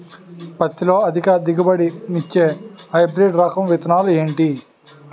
పత్తి లో అధిక దిగుబడి నిచ్చే హైబ్రిడ్ రకం విత్తనాలు ఏంటి